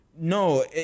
no